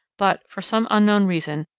but, for some unknown reason,